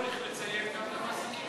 צריך לציין גם את המעסיקים,